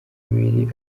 ibiri